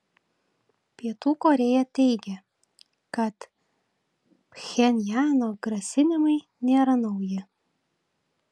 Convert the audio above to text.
pietų korėja teigia kad pchenjano grasinimai nėra nauji